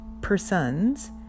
persons